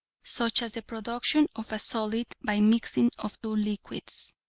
such as the production of a solid by mixing of two liquids.